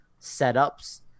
setups